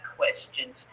questions